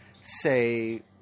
say